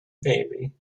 baby